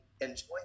enjoy